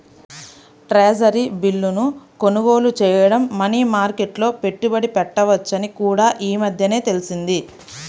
treasury బిల్లును కొనుగోలు చేయడం మనీ మార్కెట్లో పెట్టుబడి పెట్టవచ్చని కూడా ఈ మధ్యనే తెలిసింది